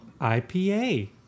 IPA